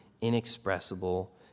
inexpressible